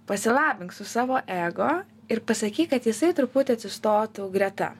pasilabink su savo ego ir pasakyk kad jisai truputį atsistotų greta